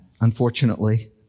unfortunately